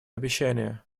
обещание